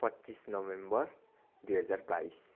पच्चिस नोभेम्बर दुई हजार बाइस